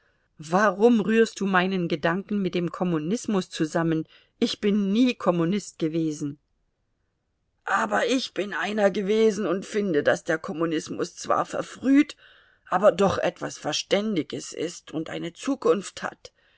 warum rührst du meinen gedanken mit dem kommunismus zusammen ich bin nie kommunist gewesen aber ich bin einer gewesen und finde daß der kommunismus zwar verfrüht aber doch etwas verständiges ist und eine zukunft hat